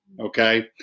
okay